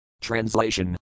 Translation